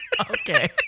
okay